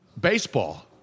baseball